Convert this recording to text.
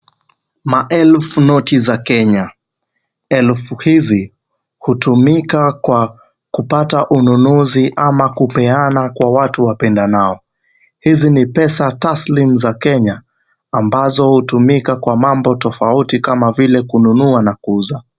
Maelfu noti za Kenya, Elfu hizi hutumika kwa kupata ununuzi ama kupeana kwa watu wapendanao. Hizi ni pesa taslimu za Kenya ambazo hutumika kwa mambo tofauti kama vile kununua na kuuza.